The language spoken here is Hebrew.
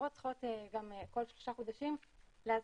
והחברות צריכות גם כל שלושה חודשים להזכיר.